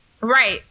Right